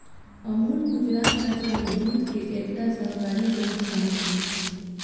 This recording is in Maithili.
अमूल गुजरात राज्य में दूध के एकटा सहकारी संस्थान अछि